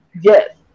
Yes